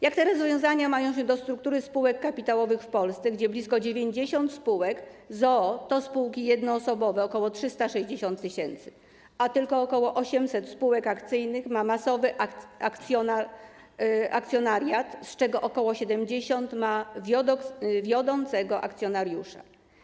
Jak te rozwiązania mają się do struktury spółek kapitałowych w Polsce, gdzie blisko 90 spółek z o.o. to spółki jednoosobowe, ok. 360 tys., a tylko ok. 800 spółek akcyjnych ma masowy akcjonariat, z czego ok. 70 ma wiodącego akcjonariusza?